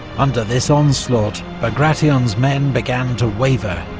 under this onslaught, bagration's men began to waver,